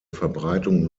verbreitung